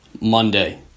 Monday